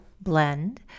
blend